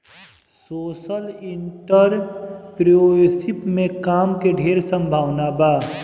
social entrepreneurship में काम के ढेर संभावना बा